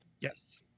Yes